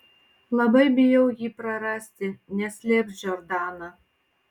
labai bijau jį prarasti neslėps džordana